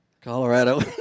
Colorado